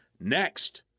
next